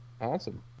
awesome